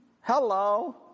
Hello